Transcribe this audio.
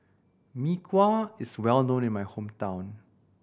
Mee Kuah is well known in my hometown